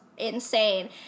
Insane